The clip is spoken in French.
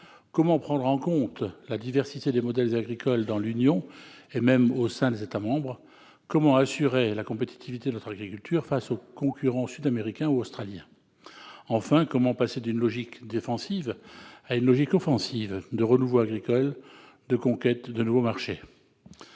Comment prendre en compte la diversité des modèles agricoles dans l'Union, et même au sein des États membres ? Comment assurer la compétitivité de notre agriculture face aux concurrents sud-américains ou australiens ? Enfin, comment passer d'une logique défensive à une logique offensive de renouveau agricole, de conquête de nouveaux marchés ?